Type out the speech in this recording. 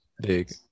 big